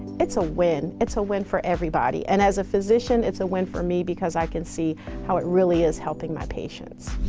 it's a win it's a win for everybody. and as a physician it's a win for me because i can see how it really is helping my patients.